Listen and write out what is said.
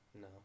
No